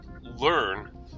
learn